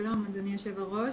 שלום, אדוני היושב-ראש.